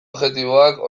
objektiboak